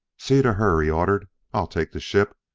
see to her, he ordered i'll take the ship.